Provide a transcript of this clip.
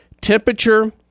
Temperature